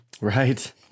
right